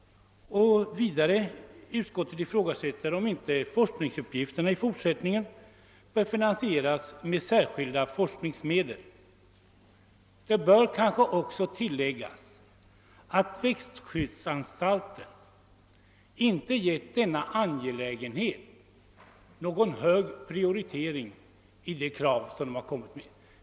Utskottet ifrågasätter dessutom om inte forskningsuppgifterna också i fortsättningen bör finansieras med särskilda forskningsmedel. Det bör kanske också till läggas att växtskyddsanstalten inte givit denna angelägenhet någon hög prioritet bland de krav den framställt.